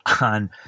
on